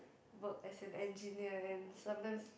work as an engineer and sometimes